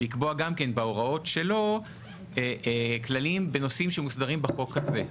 לקבוע גם כן בהוראות שלו כללים בנושאים שמוסדרים בחוק הזה,